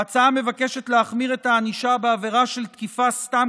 ההצעה מבקשת להחמיר את הענישה בעבירה של תקיפה סתם